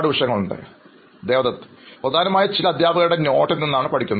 അഭിമുഖം സ്വീകരിക്കുന്നയാൾ പ്രധാനമായും ചില അധ്യാപകരുടെ കുറിപ്പുകൾ നിന്നാണ് പഠിക്കുന്നത്